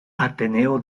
ateneo